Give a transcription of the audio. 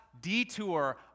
detour